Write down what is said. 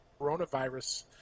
coronavirus